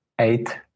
eight